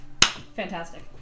Fantastic